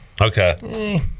okay